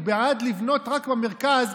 הוא בעד לבנות רק במרכז,